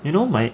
you know my